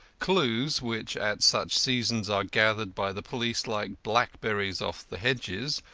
clues, which at such seasons are gathered by the police like blackberries off the hedges,